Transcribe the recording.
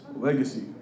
legacy